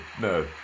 No